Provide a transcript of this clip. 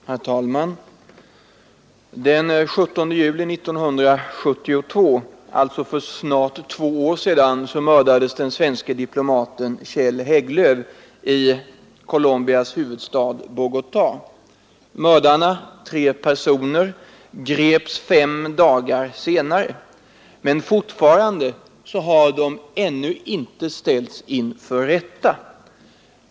Herr talman! Den 17 juli 1972, alltså för snart två år sedan, mördades den svenske diplomaten Kjell Hägglöf i Colombias huvudstad Bogotå. Mördarna, tre personer, greps fem dagar senare, men fortfarande har de inte ställts inför rätta.